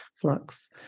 flux